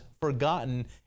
forgotten